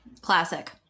classic